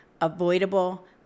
avoidable